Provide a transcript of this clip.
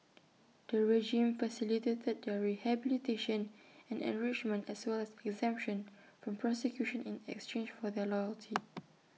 the regime facilitated their rehabilitation and enrichment as well as exemption from prosecution in exchange for their loyalty